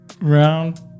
Round